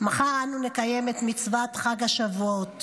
מחר אנו נקיים את מצוות חג שבועות,